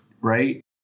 right